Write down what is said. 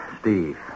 Steve